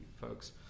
folks